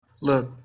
Look